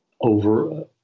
over